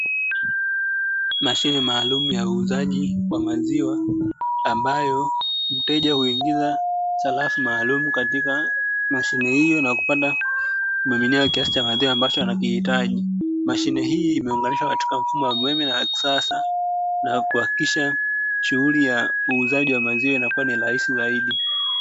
Mashine maalumu ya uuzaji wa maziwa, ambayo mteja huungiza sarafu maalumu katika mashine hiyo, na kupata kumiminiwa kiasi cha maziwa anachokihitaji. Mashine hii imeunganishwa katika mfumo wa umeme wa kisasa, na kuhakikisha shughuli ya uuzaji wa maziwa inaliwa ni rahisi zaidi.